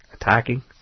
attacking